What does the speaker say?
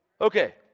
Okay